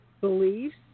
beliefs